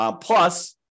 Plus